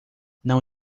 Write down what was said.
não